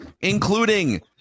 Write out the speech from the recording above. including